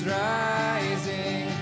rising